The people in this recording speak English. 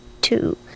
two